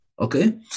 okay